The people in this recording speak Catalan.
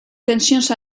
tensions